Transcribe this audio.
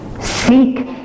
Seek